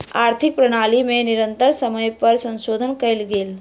आर्थिक प्रणाली में निरंतर समय पर संशोधन कयल गेल